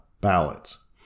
ballots